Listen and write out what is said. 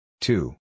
Two